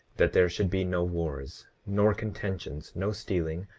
that there should be no wars nor contentions, no stealing,